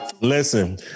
Listen